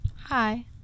Hi